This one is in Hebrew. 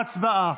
ההצבעה.